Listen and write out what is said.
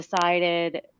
decided